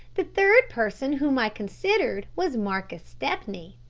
the third person whom i considered was marcus stepney,